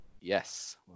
Yes